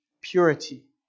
purity